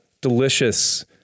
delicious